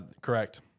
correct